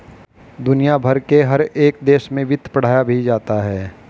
दुनिया भर के हर एक देश में वित्त पढ़ाया भी जाता है